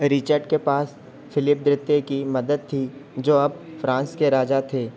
Richard के पास Philip द्वितीय की मदद थी जो अब फ्रांस के राजा थे